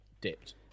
dipped